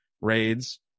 raids